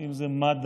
אם זה מד"א,